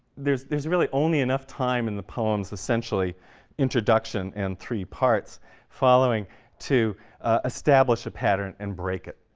there's there's really only enough time in the poem's essentially introduction and three parts following to establish a pattern and break it.